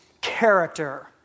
character